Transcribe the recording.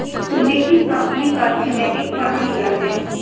तुमने किस कंपनी का थीमेटिक फंड लिया है?